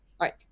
right